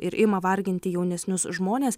ir ima varginti jaunesnius žmones